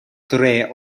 dre